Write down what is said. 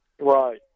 Right